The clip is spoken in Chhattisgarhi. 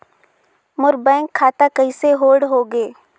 मोर बैंक खाता कइसे होल्ड होगे?